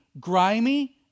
grimy